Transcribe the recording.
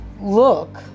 look